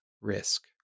risk